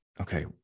Okay